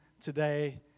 today